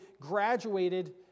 graduated